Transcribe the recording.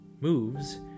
Moves